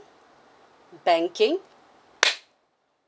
banking